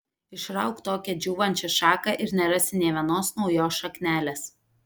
išrauk tokią džiūvančią šaką ir nerasi nė vienos naujos šaknelės